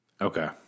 Okay